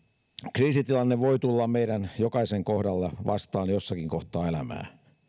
kriisitilanne voi tulla meidän jokaisen kohdalla vastaan jossakin kohtaa elämää